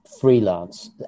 freelance